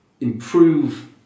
improve